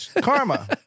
Karma